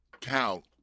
count